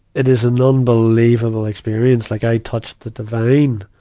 it is an unbelievable experience. like, i touched the divine.